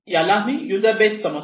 याला आम्ही user base समजतो